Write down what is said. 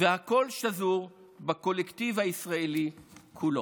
הכול שזור בקולקטיב הישראלי כולו.